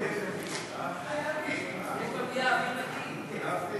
חוק לתיקון פקודת התעבורה (מס'